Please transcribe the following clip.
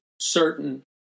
certain